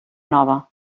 nova